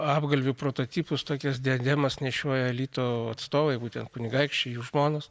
apgalvių prototipus tokias diademas nešiojo elito atstovai būtent kunigaikščiai jų žmonos